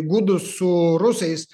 gudus su rusais